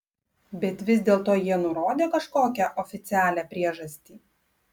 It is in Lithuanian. bet vis dėlto jie nurodė kažkokią oficialią priežastį